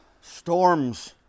Storms